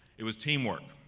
it was teamwork,